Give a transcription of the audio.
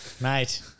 Mate